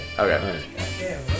Okay